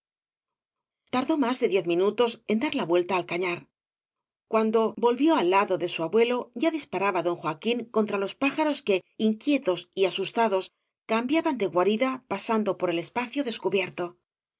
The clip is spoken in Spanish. tardó más de diez minutos en dar la vuelta al cañar cuando volvió al lado de su abuelo ya disparaba don joaquín contra los pájaros que inquietos y asustados cambiaban de guarida pasando por el espacio descubierto